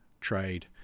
trade